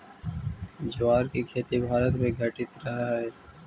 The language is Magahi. ज्वार के खेती भारत में घटित हइ